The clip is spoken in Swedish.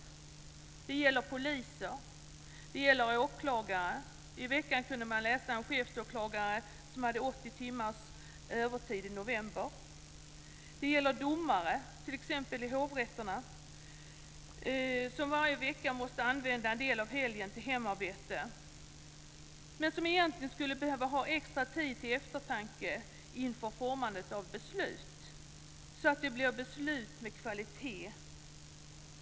Det gäller poliser. Det gäller åklagare. I veckan kunde man läsa om en chefsåklagare som hade 80 timmars övertid i november. Det gäller domare, t.ex. i hovrätterna, som varje vecka måste använda en del av helgen till hemarbete. De behöver egentligen ha tid till eftertanke inför formandet av beslut, så att det blir beslut med kvalitet.